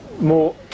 more